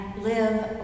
live